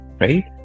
right